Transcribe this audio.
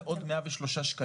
זה עוד 103 שקלים.